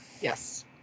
Yes